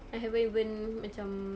I haven't even macam